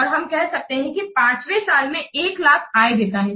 और हम यह कह सकते हैं कि यह 5 वे साल में 100000 आय देता है